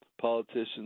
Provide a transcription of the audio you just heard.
politicians